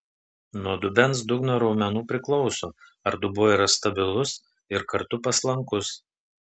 nuo dubens dugno raumenų priklauso ar dubuo yra stabilus ir kartu paslankus